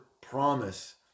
promise